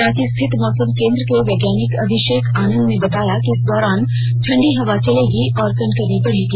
रांची स्थित मौसम केंद्र के वैज्ञानिक अभिषेक आनंद ने बताया कि इस दौरान ठंडी हवा चलेगी और कनकनी भी बढ़ेगी